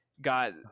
got